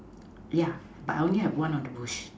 yeah but I only have one of the bush